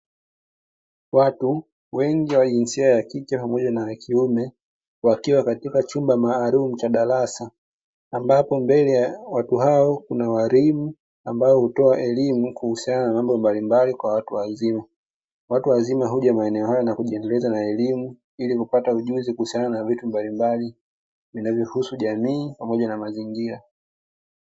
Watu wengi wa jinsia ya kike pamoja na ya kiume wakiwa katika chumba maalumu cha darasa, ambapo mbele ya watu hao kuna walimu ambao hutoa elimu kuhusiana na mambo mbalimbali kwa watu wazima. Watu wazima uja maeneo haya kujiendeleza na elimu ya ilikupata ujuzi kuhusiana vitu mbalimbali vinavyo usu jamii pamoja na mazingira.